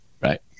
right